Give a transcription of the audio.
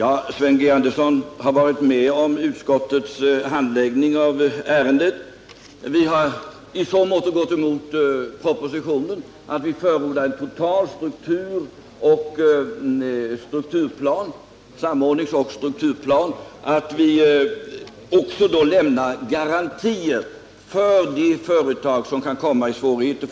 Ja, Sven Andersson har varit med om utskottets handläggning av ärendet. Vi har i så måtto gått emot propositionen att vi förordar en total samordningsoch strukturplan och att garantier då också skall lämnas för de företag som kan komma i svårigheter.